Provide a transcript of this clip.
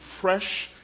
fresh